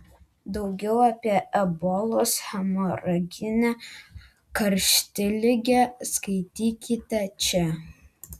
daugiau apie ebolos hemoraginę karštligę skaitykite čia